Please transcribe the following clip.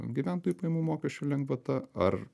gyventojų pajamų mokesčių lengvata ar